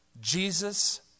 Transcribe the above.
Jesus